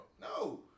No